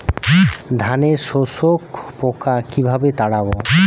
ধানে শোষক পোকা কিভাবে তাড়াব?